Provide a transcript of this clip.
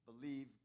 believe